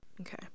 Okay